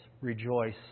rejoice